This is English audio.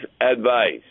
advice